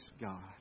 God